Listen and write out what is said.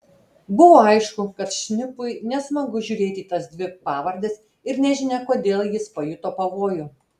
buvo aišku kad šnipui nesmagu žiūrėti į tas dvi pavardes ir nežinia kodėl jis pajuto pavojų